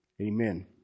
Amen